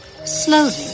Slowly